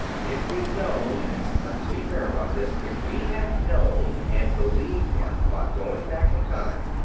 if we'd known let's be fair about this if we had known and believed him about going back in time,